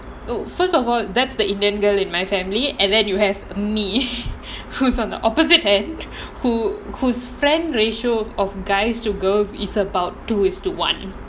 first of all that's the indian girl in my family and then you have me who's on the opposite end who whose friend ratio of guys to girls is about two is to one